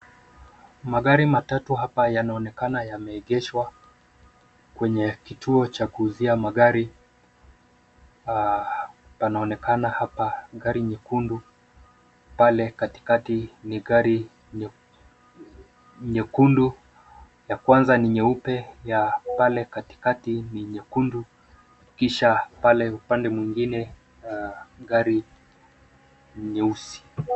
Magari matatu hapa yanaonekana yameegeshwa kwenye kituo cha kuuzia magari. Panaonekana hapa gari nyekundu, pale katikati ni gari nyekundu, ya kwanza ni nyeupe, ya pale katikati ni nyekundu, kisha pale upande mwingine gari ni nyeusi.